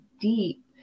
deep